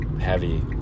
Heavy